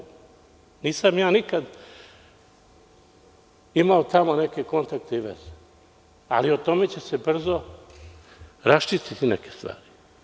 Ja nikad nisam imao tamo neke kontakte i veze, ali o tome će se brzo raščistiti neke stvari.